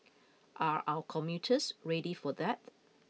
are our commuters ready for that